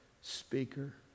speaker